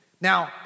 Now